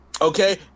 Okay